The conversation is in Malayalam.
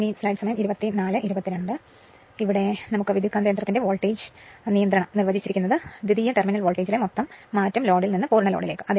അതിനാൽ ട്രാൻസ്ഫോർമറിന്റെ വോൾട്ടേജ് റെഗുലേഷൻ നിർവചിച്ചിരിക്കുന്നത് സെക്കൻഡറി ടെർമിനൽ വോൾട്ടേജിലെ മൊത്തം മാറ്റം ലോഡിൽ നിന്ന് പൂർണ്ണ ലോഡിലേക്ക്